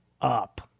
up